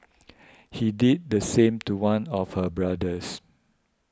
he did the same to one of her brothers